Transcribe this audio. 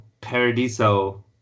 Paradiso